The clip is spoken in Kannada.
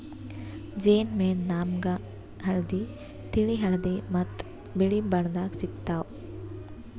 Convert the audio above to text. ಜೇನ್ ಮೇಣ ನಾಮ್ಗ್ ಹಳ್ದಿ, ತಿಳಿ ಹಳದಿ ಮತ್ತ್ ಬಿಳಿ ಬಣ್ಣದಾಗ್ ಸಿಗ್ತಾವ್